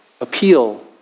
appeal